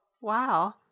Wow